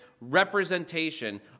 representation